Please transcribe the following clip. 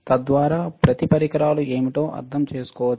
తద్వారా ప్రతి పరికరాలు ఏమిటో అర్థం చేసుకోవచ్చు